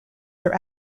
their